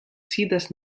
sidas